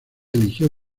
eligió